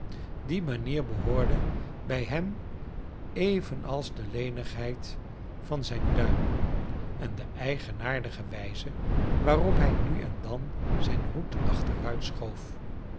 die manier behoorde bij hem evenals de lenigheid van zijn duirn en de eigenaardige wijze waarop hij nu en dan zijn hoed achteruit